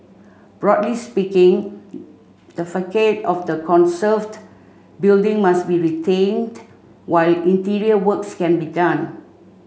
broadly speaking the facade of the conserved building must be retained while interior works can be done